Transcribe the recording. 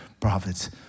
prophets